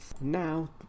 now